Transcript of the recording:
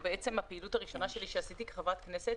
הפעילות הראשונה שלי שעשיתי כחברת כנסת,